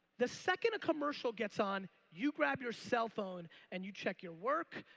the second a commercial gets on you grab your cell phone and you check your work,